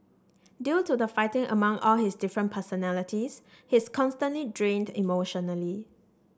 due to the fighting among all his different personalities he's constantly drained emotionally